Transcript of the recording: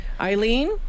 Eileen